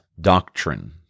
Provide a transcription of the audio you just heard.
doctrine